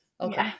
Okay